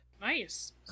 Nice